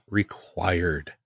required